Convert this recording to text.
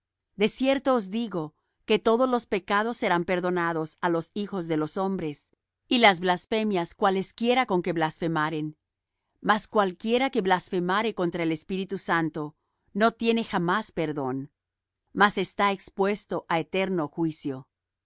cierto os digo que todos los pecados serán perdonados á los hijos de los hombres y las blasfemias cualesquiera con que blasfemaren mas cualquiera que blasfemare contra el espíritu santo no tiene jamás perdón mas está expuesto á eterno juicio porque